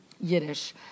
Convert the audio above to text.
Yiddish